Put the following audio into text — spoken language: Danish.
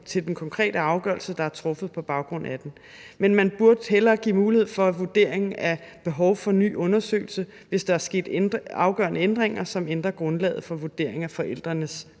til den konkrete afgørelse, der er truffet på baggrund af den. Men man burde hellere give mulighed for vurdering af behov for ny undersøgelse, hvis der er sket afgørende ændringer, som ændrer grundlaget for vurderingen af forældrenes